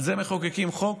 על זה מחוקקים חוק,